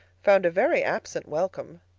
found a very absent welcome.